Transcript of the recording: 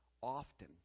often